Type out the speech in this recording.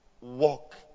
Walk